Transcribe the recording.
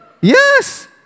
Yes